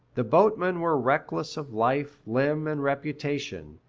the boatmen were reckless of life, limb, and reputation,